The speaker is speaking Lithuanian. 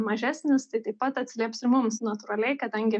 mažesnis tai taip pat atsilieps ir mums natūraliai kadangi